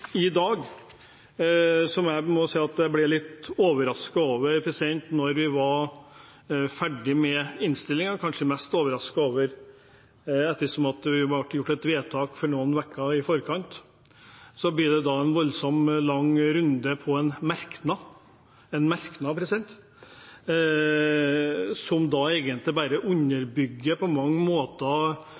i dag som jeg må si jeg er litt overrasket over da vi var ferdige med innstillingen, kanskje mest overrasket ettersom det ble gjort et vedtak noen uker i forkant, og så blir det da en voldsom, lang runde om en merknad, en merknad som egentlig på mange måter